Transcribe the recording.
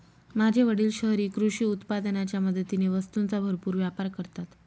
माझे वडील शहरी कृषी उत्पादनाच्या मदतीने वस्तूंचा भरपूर व्यापार करतात